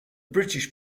british